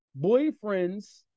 boyfriends